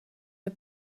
the